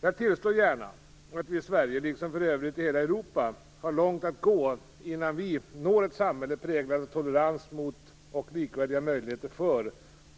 Jag tillstår gärna att vi i Sverige - liksom för övrigt i hela Europa - har långt att gå innan vi når ett samhälle präglat av tolerans mot och likvärdiga möjligheter för